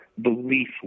belief